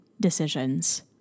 decisions